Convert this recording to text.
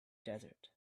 desert